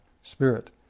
spirit